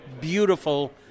beautiful